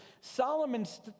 Solomon's